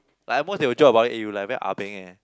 like at most they'll joke about it eh like you like very ah beng eh